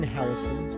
Harrison